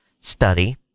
study